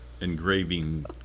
engraving